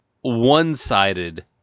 one-sided